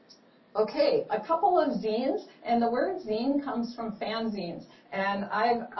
okay, a couple of zines. and the word zine comes from fanzines, and i've,